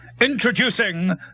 introducing